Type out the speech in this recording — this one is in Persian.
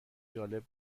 جالب